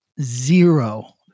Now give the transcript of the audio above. zero